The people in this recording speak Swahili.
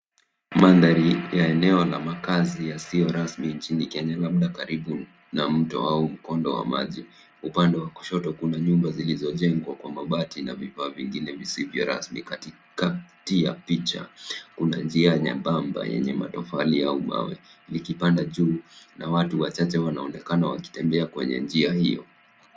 Mandhari ya eneo la makazi yasiyo rasmi nchini Kenya labda karibu na mto au mkondo wa maji. Upande wa kushoto kuna nyumba zilizojengwa kwa mabati na vifaa vingine visivyo rasmi. Katikati ya picha kuna njia nyembamba yenye matofali au mawe likipanda juu na watu wachache wanaonekana wakitembea kwenye njia hiyo.